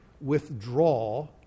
withdraw